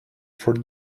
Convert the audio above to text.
for